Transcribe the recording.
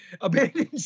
abandoned